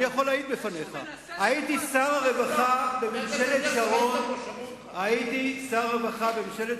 זה שהוא מנסה זה נכון, אבל הוא לא מצליח.